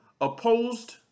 opposed